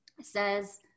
says